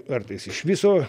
kartais iš viso